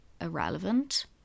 irrelevant